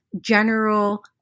general